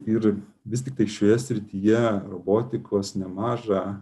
ir vis tiktai šioje srityje robotikos nemažą